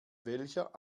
welcher